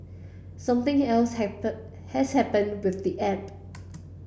something else has happened with the app